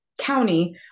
county